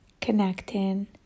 connecting